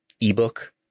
ebook